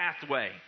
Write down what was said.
pathway